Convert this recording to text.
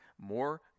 more